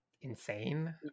insane